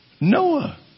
Noah